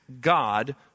God